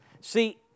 See